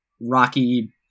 rocky